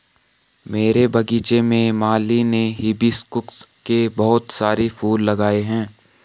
मेरे बगीचे में माली ने हिबिस्कुस के बहुत सारे फूल लगाए हैं